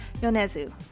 Yonezu